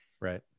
Right